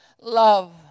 love